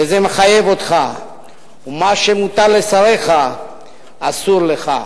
וזה מחייב אותך, ומה שמותר לשריך אסור לך.